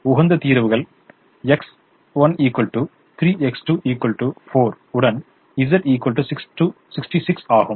உகந்த தீர்வுகள் X1 3 X2 4 உடன் Z 66 ஆகும்